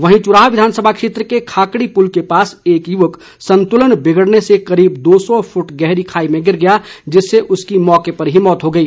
वहीं चुराह विधानसभा क्षेत्र के खाकड़ी पुल के पास एक युवक संतुलन बिगडने से करीब दो सौ फुट गहरी खाई में गिर गया जिससे उसकी मौके पर ही मौत हो गई